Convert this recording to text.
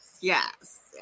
yes